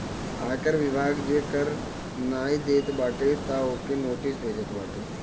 आयकर विभाग जे कर नाइ देत बाटे तअ ओके नोटिस भेजत बाटे